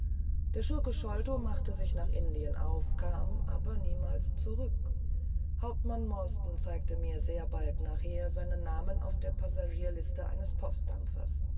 der schurke sholto reiste nach indien und kam nie mehr zurück captain morstan zeigte mir kurz darauf seinen namen auf der passagierliste eines postschiffes